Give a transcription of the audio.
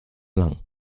lang